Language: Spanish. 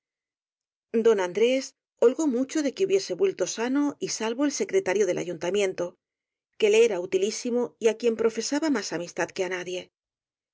don andrés holgó mucho de que hubiese vuel to sano y salvo el secretario del ayuntamiento que le era útilísimo y á quien profesaba más amistad que á nadie